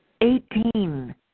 Eighteen